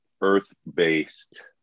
Earth-based